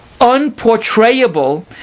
unportrayable